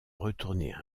retourner